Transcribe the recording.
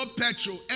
petrol